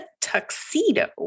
Tuxedo